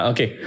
Okay